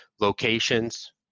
locations